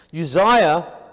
Uzziah